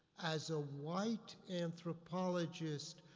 as a white anthropologist,